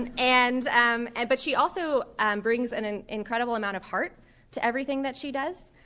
and and um and but she also brings and an incredible amount of heart to everything that she does